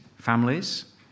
families